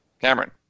Cameron